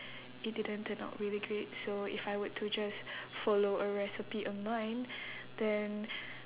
it didn't turn out really great so if I were to just follow a recipe online then